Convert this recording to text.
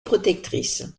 protectrice